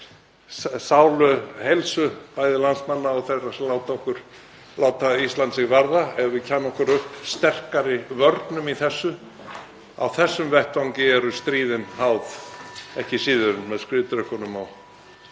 sáluheilsu, bæði landsmanna og þeirra sem láta Ísland sig varða, ef við kæmum okkur upp sterkari vörnum í þessu. Á þessum vettvangi eru stríðin háð, ekki síður en með skriðdrekunum á